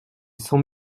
cent